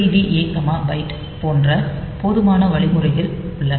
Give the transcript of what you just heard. Add A byte போன்ற போதுமான வழிமுறைகள் உள்ளன